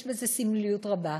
יש בזה סמליות רבה.